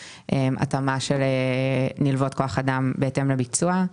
- התאמה של נלוות כוח אדם בהתאם לביצוע.